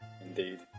Indeed